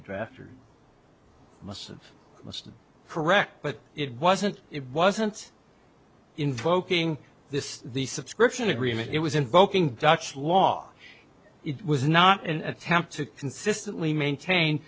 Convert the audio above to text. the draft or most of most correct but it wasn't it wasn't invoking this the subscription agreement it was invoking dutch law it was not an attempt to consistently maintain